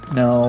no